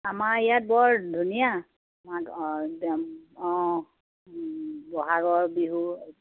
আমাৰ ইয়াত বৰ ধুনীয়া আমাৰ অঁ একদম অঁ ব'হাগৰ বিহু